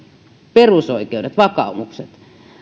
perusoikeudet vakaumukset